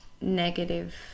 negative